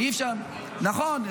--- נכון.